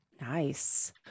nice